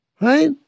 Right